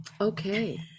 Okay